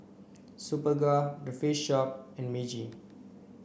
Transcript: Superga The Face Shop and Meiji